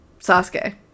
Sasuke